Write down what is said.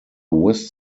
west